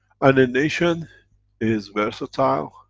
and the nation is versatile,